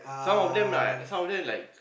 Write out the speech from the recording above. some of them lah some of them like